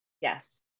Yes